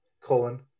colon